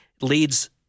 leads